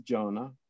Jonah